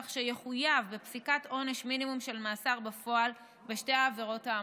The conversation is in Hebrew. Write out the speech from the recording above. כך שיחויב בפסיקת עונש מינימום של מאסר בפועל בשתי העבירות האמורות.